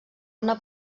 una